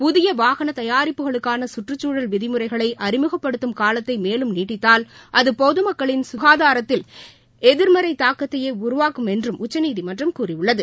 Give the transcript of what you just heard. புதிய வாகன தயாரிப்புகளுக்கான சுற்றுச்சூழல் விதிமுறைகளை அறிமுகப்படுத்தும் காலத்தை மேலும் நீடித்தால் அது பொதுமக்களின் சுகாதாரத்தில் எதிர்மறை தாக்கத்தையே உருவாக்குமென்றும் உச்சநீதிமன்றம் கூறியுள்ளது